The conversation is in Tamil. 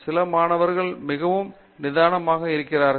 சில மாணவர்கள் மிகவும் நிதானமாக இருக்கிறார்கள்